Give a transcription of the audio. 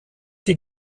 die